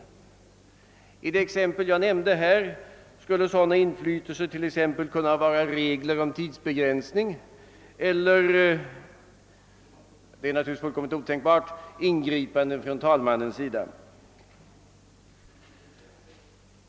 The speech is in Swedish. I det exempel jag nämnde här skulle sådana inflytelser t.ex. kunna vara regler om tidsbegränsning eller — det är naturligtvis fullkomligt otänkbart! — ingripanden från talmannens sida.